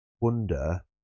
wonder